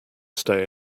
stay